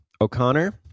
O'Connor